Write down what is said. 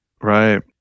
right